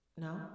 No